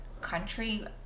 country